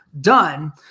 done